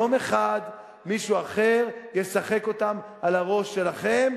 יום אחד מישהו אחר ישחק אותם על הראש שלכם,